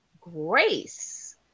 Grace